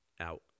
Out